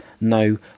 No